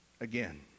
again